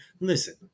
Listen